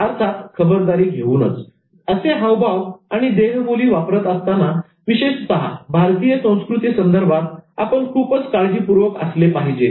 अर्थात खबरदारी घेऊनच असे हावभाव आणि देहबोली वापरत असताना विशेषतः भारतीय संस्कृती संदर्भात आपण खूपच काळजीपूर्वक असले पाहिजे